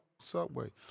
Subway